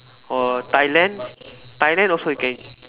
or Thailand Thailand also you can